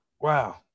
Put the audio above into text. Wow